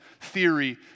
theory